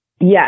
Yes